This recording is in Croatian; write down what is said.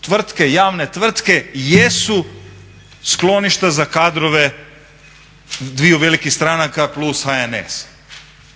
tvrtke, javne tvrtke jesu skloništa za kadrove dviju velikih stranaka plus HNS.